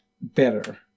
better